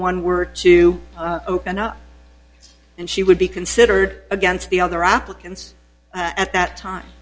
one were to open up and she would be considered against the other applicants at that time